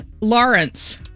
Lawrence